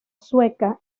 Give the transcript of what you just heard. sueca